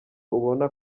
ubona